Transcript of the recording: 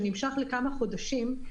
שנמשך לכמה חודשים,